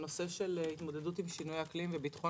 נושא ההתמודדות עם שינויי אקלים וביטחון